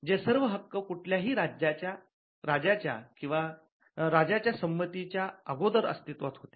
जे सर्व हक्क कुठल्याही राज्याच्या संमती च्या अगोदर अस्तित्वात होते